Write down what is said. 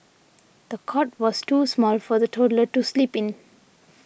the cot was too small for the toddler to sleep in